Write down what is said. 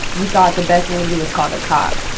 you thought the best thing to do was call the cops?